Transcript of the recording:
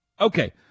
Okay